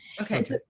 Okay